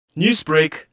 Newsbreak